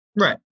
Right